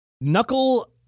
Knuckle